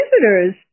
visitors